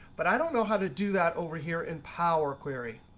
but i don't know how to do that over here in power query.